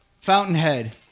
Fountainhead